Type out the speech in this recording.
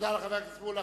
תודה לחבר הכנסת מולה.